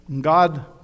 God